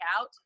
out